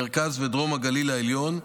מרכז ודרום הגליל העליון,